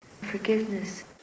forgiveness